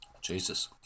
Jesus